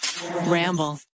Ramble